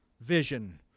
vision